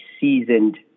seasoned